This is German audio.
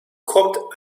kommt